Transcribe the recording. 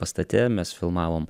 pastate mes filmavom